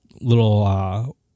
little